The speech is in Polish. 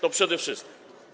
To przede wszystkim.